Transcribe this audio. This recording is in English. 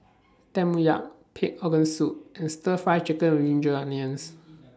Tempoyak Pig'S Organ Soup and Stir Fry Chicken with Ginger Onions